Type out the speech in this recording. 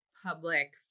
Public